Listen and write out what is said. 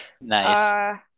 Nice